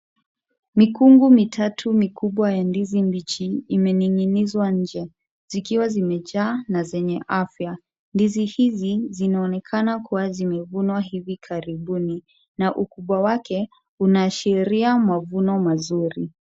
Mikungu mitatu mikubwa ya ndizi mbichi, imening'inizwa nje zikiwa zimejaa na zenye afya. Ndizi hizi zinaonekana kuwa zimevunwa hivi karibuni na ukubwa wake unaashiria mavuno mazuri.